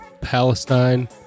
Palestine